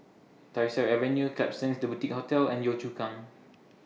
Tyersall Avenue Klapsons The Boutique Hotel and Yio Chu Kang